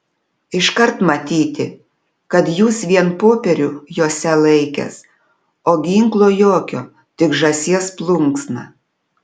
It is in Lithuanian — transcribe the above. iškart matyti kad jūs vien popierių jose laikęs o ginklo jokio tik žąsies plunksną